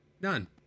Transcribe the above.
None